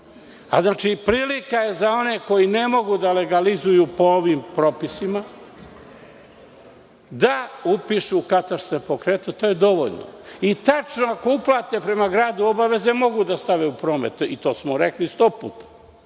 vremena. Prilika je za one koji ne mogu da legalizuju po ovim propisima, da upišu katastar nepokretnosti. To je dovoljno. Tačno, ako uplate prema gradu obaveze, mogu da stave u promet i to smo rekli sto puta.